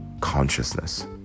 consciousness